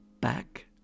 back